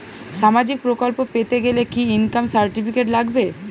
সামাজীক প্রকল্প পেতে গেলে কি ইনকাম সার্টিফিকেট লাগবে?